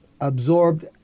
absorbed